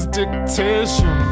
dictation